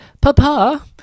papa